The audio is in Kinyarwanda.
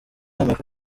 yafashe